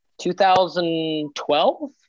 2012